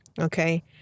okay